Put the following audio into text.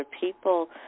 people